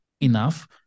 enough